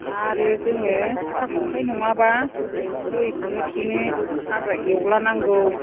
आरो जोङो सिखा खंखाइ नङाबा दैखौनो थेनो हाग्रा एवलानांगौ